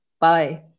Bye